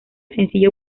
sencillo